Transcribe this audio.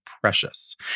precious